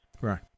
Right